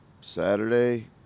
Saturday